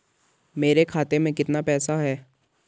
मेरे खाते में कितना पैसा है?